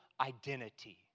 identity